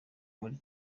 muri